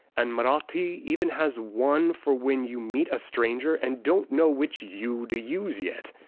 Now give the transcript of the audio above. and marathi even has one for when you meet a stranger and don't know which you to use yet!